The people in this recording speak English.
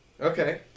Okay